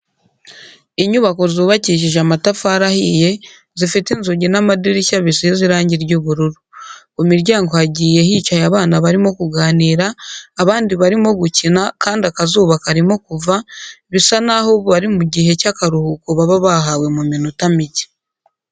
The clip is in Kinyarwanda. Inyubako zubakishijwe amatafari ahiye, zifite inzugi n'amadirishya bisize irangi ry'ubururu. Ku miryango hagiye hicaye abana barimo kuganira, abandi barimo gukina kandi akazuba karimo kuva, bisa naho bari mu gihe cy'akaruhuko baba bahawe mu minota mike.